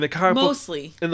Mostly